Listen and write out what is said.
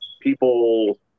people